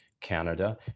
Canada